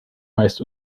meist